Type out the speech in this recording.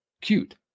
cute